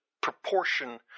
proportion